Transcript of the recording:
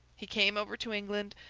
he came over to england,